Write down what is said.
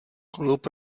klub